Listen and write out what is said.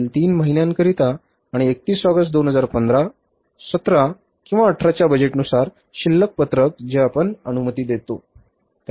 पुढील 3 महिन्यांकरिता आणि 31 ऑगस्ट 2015 किंवा 17 किंवा 18 च्या बजेटनुसार शिल्लक पत्रक जे आपण अनुमती देतो